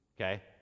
Okay